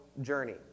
journey